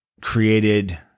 created